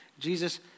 Jesus